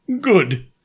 Good